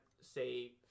say